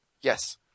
Yes